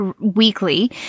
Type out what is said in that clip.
weekly